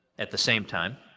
at the same time,